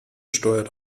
steuert